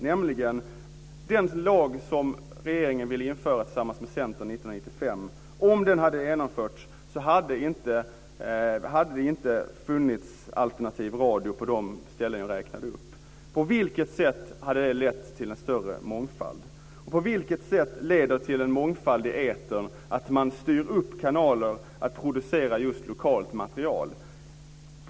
Om den lag som regeringen tillsammans med Centern ville införa 1995 hade drivits igenom, hade det inte funnits alternativ radio på de ställen som jag räknade upp. På vilket sätt hade det lett till en större mångfald? Och på vilket sätt leder det till en mångfald i etern att man styr upp kanaler att producera just lokalt material?